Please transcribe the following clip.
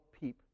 peep